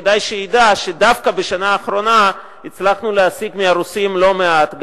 כדאי שידע שדווקא בשנה האחרונה הצלחנו להשיג מהרוסים לא מעט,